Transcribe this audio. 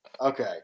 Okay